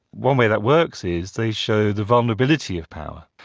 one way that works is they show the vulnerability of power.